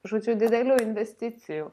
žodžiu didelių investicijų